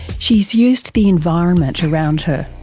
she's used the environment around her.